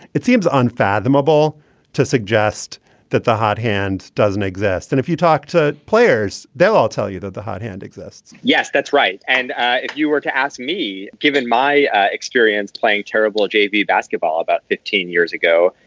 it seems unfathomable to suggest that the hot hand doesn't exist. and if you talk to players, they'll all tell you that the hot hand exists yes, that's right. and ah if you were to ask me, given my experience playing terrible j v. basketball about fifteen years ago,